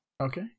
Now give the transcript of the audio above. Okay